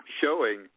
showing